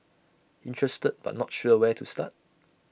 interested but not sure where to start